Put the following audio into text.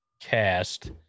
cast